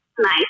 nice